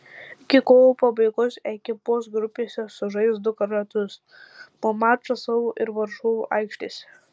iki kovo pabaigos ekipos grupėse sužais du ratus po mačą savo ir varžovų aikštėse